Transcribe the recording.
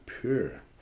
pure